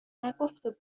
نگفته